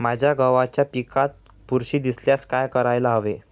माझ्या गव्हाच्या पिकात बुरशी दिसल्यास काय करायला हवे?